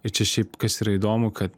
ir čia šiaip kas yra įdomu kad